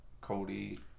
Cody